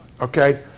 okay